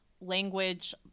language